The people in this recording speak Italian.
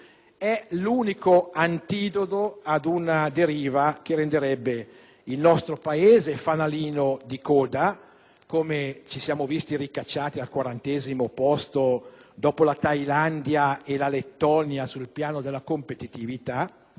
è l'unico antidoto ad una deriva che renderebbe il nostro Paese fanalino di coda, come è accaduto quando l'Italia è stata retrocessa al quarantesimo posto, dopo la Thailandia e la Lettonia, sul piano della competitività.